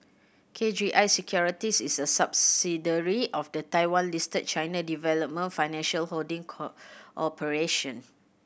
K G I Securities is a subsidiary of the Taiwan Listed China Development Financial Holding Corporation